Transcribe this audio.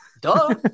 duh